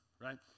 right